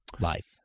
life